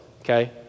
okay